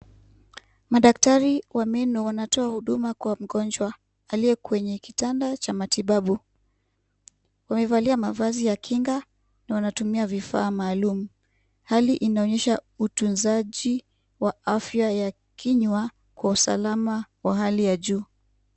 Madaktari wa meno wanatoa huduma kwa mgonjwa aliye kwenye kitanda cha matibabu. Wamevalia mavazi ya kinga na wanatumia vifaa maalum. Hali inaonyesha utunzaji wa afya ya kinywa kwa uasalama wa hali ya juu.